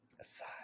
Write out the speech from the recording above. Aside